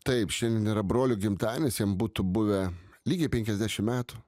taip šiandien yra brolio gimtadienis jam būtų buvę lygiai penkiasdešim metų